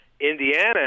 Indiana